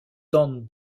tente